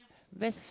best